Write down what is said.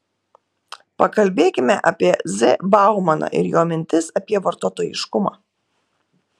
pakalbėkime apie z baumaną ir jo mintis apie vartotojiškumą